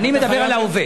אני מדבר על ההווה.